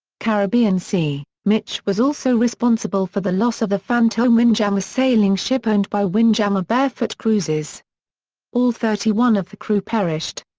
caribbean sea mitch was also responsible for the loss of the fantome windjammer sailing ship owned by windjammer barefoot cruises all thirty one of the crew perished.